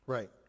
Right